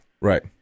right